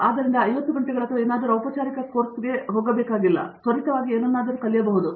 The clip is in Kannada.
ಆದ್ದರಿಂದ ಇದು 50 ಗಂಟೆಗಳ ಅಥವಾ ಏನಾದರೂ ಔಪಚಾರಿಕ ಕೋರ್ಸ್ ಹಾಗೆ ಇರಬೇಕಿಲ್ಲ ನಾನು ತ್ವರಿತವಾಗಿ ಏನನ್ನಾದರೂ ಕಲಿಯಬಹುದು ಸರಿ